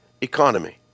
economy